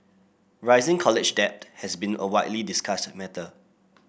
rising college debt has been a widely discussed matter